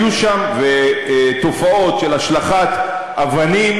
היו שם תופעות של השלכת אבנים,